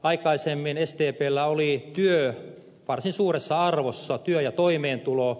aikaisemmin sdpllä oli työ varsin suuressa arvossa työ ja toimeentulo